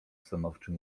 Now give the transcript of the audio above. stanowczym